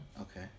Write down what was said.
Okay